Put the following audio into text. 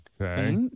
Okay